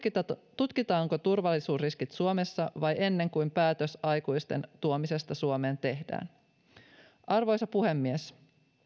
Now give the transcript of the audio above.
tutkitaanko turvallisuusriskit suomessa vai ennen kuin päätös aikuisten tuomisesta suomeen tehdään arvoisa puhemies